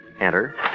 Enter